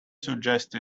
suggest